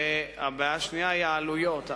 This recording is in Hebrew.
הבעיה השנייה היא העלויות.